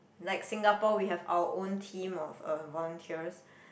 like Singapore we have our own team of um volunteers